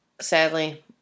Sadly